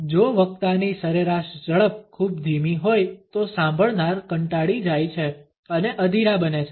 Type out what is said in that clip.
જો વક્તાની સરેરાશ ઝડપ ખૂબ ધીમી હોય તો સાંભળનાર કંટાળી જાય છે અને અધીરા બને છે